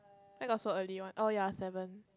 where got so early one oh ya seven